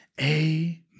Amen